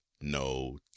no